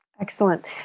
Excellent